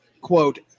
Quote